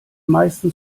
meisten